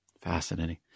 Fascinating